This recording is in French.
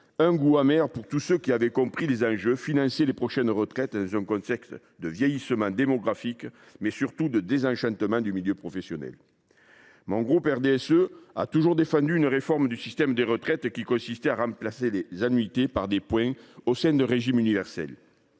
un goût amer à tous ceux qui en avaient compris les enjeux : financer les prochaines retraites dans un contexte de vieillissement démographique, mais surtout de désenchantement du monde professionnel. Le groupe du RDSE a toujours défendu une réforme du système des retraites, qui consisterait à remplacer les annuités par des points au sein d’un régime universel.